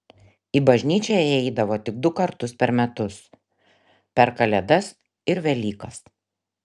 į bažnyčią jie eidavo tik du kartus per metus per kalėdas ir velykas